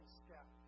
step